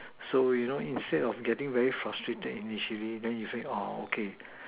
so you know instead of getting very frustrated initially then you say orh okay